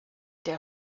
der